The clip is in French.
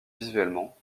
visuellement